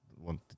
want